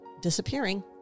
disappearing